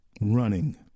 running